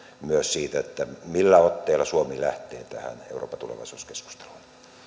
myös siitä millä otteella suomi lähtee tähän euroopan tulevaisuuskeskusteluun